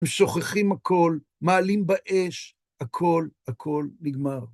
ושוכחים הכל, מעלים באש, הכל, הכל נגמר.